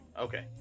Okay